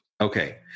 Okay